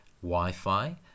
Wi-Fi